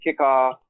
kickoff